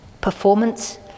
Performance